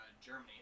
Germany